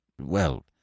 Well